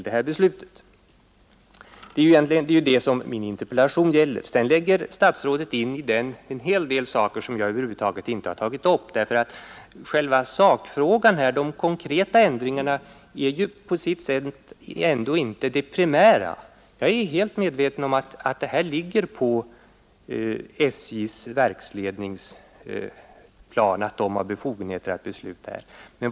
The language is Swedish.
Det är den saken min interpellation egentligen gäller. Men sedan lägger herr statsrådet in i den en hel del saker som jag över huvud taget inte har tagit upp. Själva sakfrågan, de konkreta ändringarna, är ju ändå inte, som frågan är formulerad, det primära. Jag är medveten om att verksledningen inom SJ har befogenhet att besluta på det lokala planet.